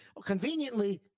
Conveniently